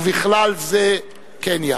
ובכלל זה בקניה.